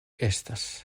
estas